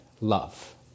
love